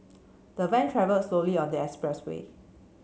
the van travelled slowly on the expressway